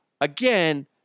again